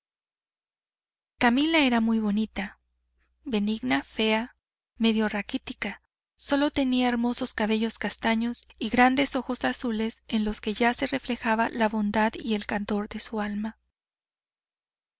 camila era muy bonita benigna fea medio raquítica solo tenía hermosos cabellos castaños y grandes ojos azules en los que ya se reflejaban la bondad y el candor de su alma